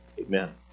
Amen